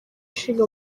ishinga